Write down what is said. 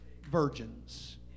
virgins